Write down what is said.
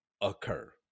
occur